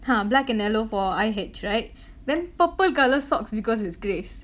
ha black and yellow for I_H right then purple colour socks because it's grace